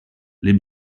les